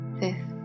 fifth